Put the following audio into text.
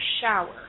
shower